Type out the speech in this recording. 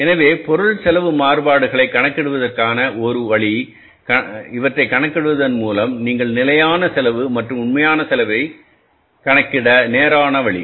எனவே பொருள் செலவு மாறுபாடுகளைக் கணக்கிடுவதற்கான ஒரு வழிகணக்கிடுவதன் மூலம் நீங்கள் நிலையான செலவு மற்றும் உண்மையான செலவைக்கணக்கிட்ட நேரான வழி